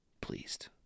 pleased